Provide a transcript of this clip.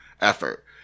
effort